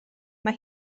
mae